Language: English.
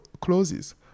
closes